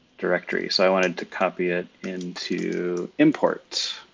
directory. so i wanted to copy it into import.